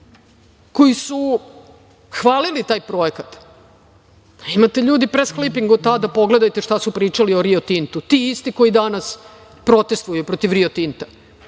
koji su hvalili taj projekat. Imate pres kliping od tada, pogledajte šta su pričali o „Rio Tintu“, ti isti koji danas protestuju protiv „Rio Tinta“.